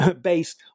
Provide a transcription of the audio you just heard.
based